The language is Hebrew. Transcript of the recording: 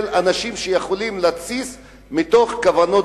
של אנשים שיכולים להתסיס מתוך כוונות